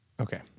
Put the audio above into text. Okay